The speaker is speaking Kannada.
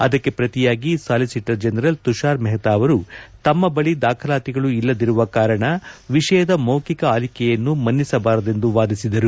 ಅದಕ್ಕೆ ಪ್ರತಿಯಾಗಿ ಸಾಲಿಸಿಟರ್ ಜನರಲ್ ತುಷಾರ್ ಮೆಹ್ತಾ ಅವರು ತಮ್ಮ ಬಳಿ ದಾಖಲಾತಿಗಳು ಇಲ್ಲದಿರುವ ಕಾರಣ ವಿಷಯದ ಮೌಖಿಕ ಆಲಿಕೆಯನ್ನು ಮನ್ನಿಸಬಾರದೆಂದು ವಾದಿಸಿದರು